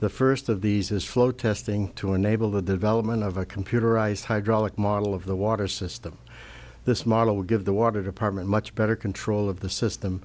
the first of these is flow testing to enable the development of a computerized hydraulic model of the water system this model will give the water department much better control of the system